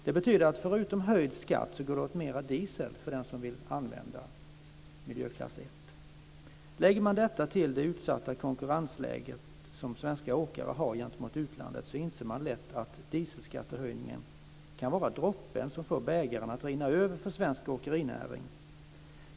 Det betyder att det förutom att det blir höjd skatt går åt mera diesel för den som vill använda miljöklass 1-diesel. Lägger man detta till det utsatta konkurrensläge som svenska åkare har gentemot åkare från utlandet så inser man lätt att dieselskattehöjningen kan vara droppen som får bägaren att rinna över för svensk åkerinäring.